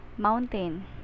mountain